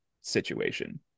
situation